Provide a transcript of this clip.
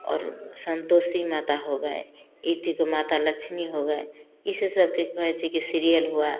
और संतोषी माता हो गए इसी को माता लक्ष्मी हो गए इस सबके के होते के सीरियल हुआ